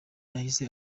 yahise